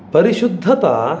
परिशुद्धता